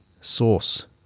source